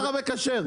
השר המקשר.